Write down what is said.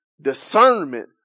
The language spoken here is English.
discernment